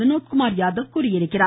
வினோத்குமார் யாதவ் தெரிவித்திருக்கிறார்